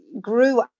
grew